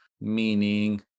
Meaning